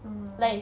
mm